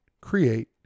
create